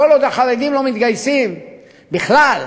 כל עוד החרדים לא מתגייסים בכלל,